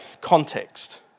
context